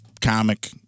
comic